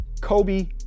Kobe